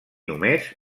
només